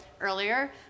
earlier